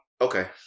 Okay